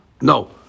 no